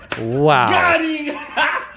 Wow